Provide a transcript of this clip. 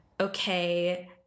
okay